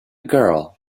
girl